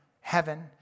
heaven